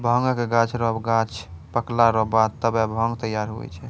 भांगक गाछ रो गांछ पकला रो बाद तबै भांग तैयार हुवै छै